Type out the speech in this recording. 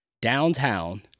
downtown